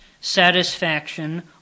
satisfaction